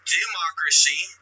democracy